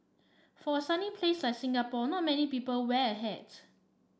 for a sunny place like Singapore not many people wear a hat